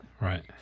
Right